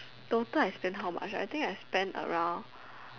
total I spent how much ah I think I spent around